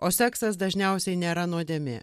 o seksas dažniausiai nėra nuodėmė